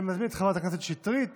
אני מזמין את חברת הכנסת שטרית